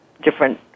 different